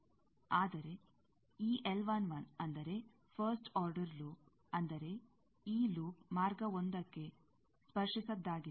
ಆದರೆ ಈ ಅಂದರೆ ಫಸ್ಟ್ ಆರ್ಡರ್ ಲೂಪ್ ಅಂದರೆ ಈ ಲೂಪ್ ಮಾರ್ಗ 1ಕ್ಕೆ ಸ್ಪರ್ಶಿಸದ್ದಾಗಿದೆ